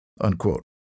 unquote